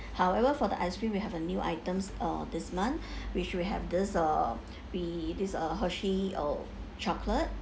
however for the ice cream we have a new items uh this month which we have this uh we this uh hershey or chocolate